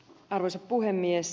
arvoisa puhemies